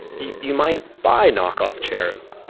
you might buy knock off chairs